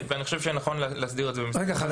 ואני חושב שנכון להסדיר את זה במסגרת החוק.